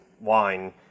wine